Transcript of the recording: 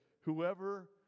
Whoever